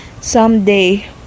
someday